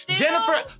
Jennifer